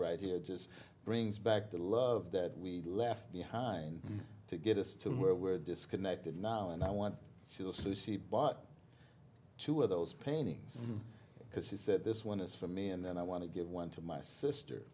right here just brings back the love that we left behind to get us to where we are disconnected now and i want she was bought two of those paintings because she said this one is for me and i want to give one to my sister